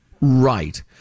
Right